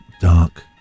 dark